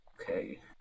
Okay